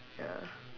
ya